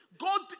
God